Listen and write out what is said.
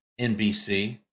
NBC